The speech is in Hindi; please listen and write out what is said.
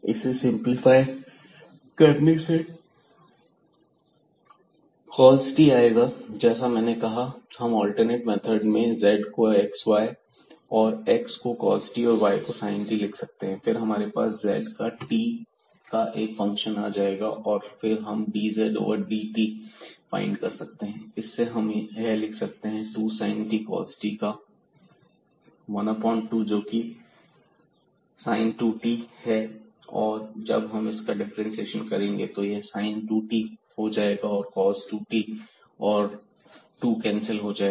इसे सिंपलीफाई करने से cos t आएगा जैसा मैंने कहा हम अल्टरनेट मेथड में z को xy और x को cos t और y को sin t लिख सकते हैं फिर हमारे पास z t का एक फंक्शन आ जाएगा और फिर हम dz ओवर dt फाइंड कर सकते हैं इससे हम लिख सकते हैं 2 sin t cos t का ½ जोकि sin 2t है और जब हम इसका डिफ्रेंशिएशन करेंगे तो यह sin 2t हो जाएगा और यह cos 2t और 2 कैंसिल हो जाएगा